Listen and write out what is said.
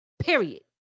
Period